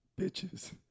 Bitches